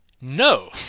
No